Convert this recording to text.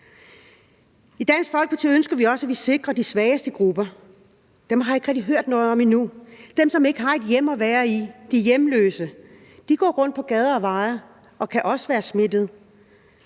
I Dansk Folkeparti ønsker vi også, at vi sikrer de svageste grupper. Dem har jeg ikke rigtig hørt noget om endnu – dem, som ikke har et hjem at være i, de hjemløse. De går rundt på gader og veje og kan også være smittet.